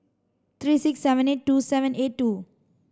three six seven eight two seven eight two